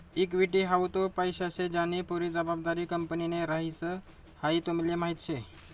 equity हाऊ तो पैसा शे ज्यानी पुरी जबाबदारी कंपनीनि ह्रास, हाई तुमले माहीत शे